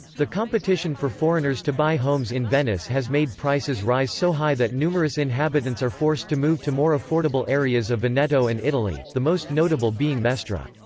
the competition for foreigners to buy homes in venice has made prices rise so high that numerous inhabitants are forced to move to more affordable areas of veneto and italy, the most notable being mestre.